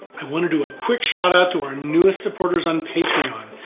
i want to do a quick shout out to our newest supporters on patreon,